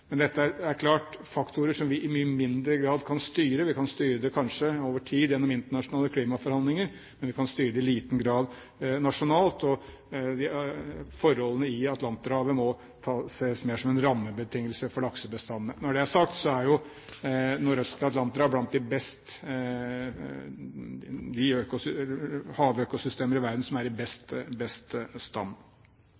men dette er klart faktorer som vi i mye mindre grad kan styre. Vi kan kanskje styre det over tid gjennom internasjonale klimaforhandlinger, men vi kan i liten grad styre det nasjonalt. Forholdene i Atlanterhavet må ses mer som en rammebetingelse for laksebestandene. Når det er sagt, er jo det nordøstlige Atlanterhavet blant de havøkosystemer i verden som er i best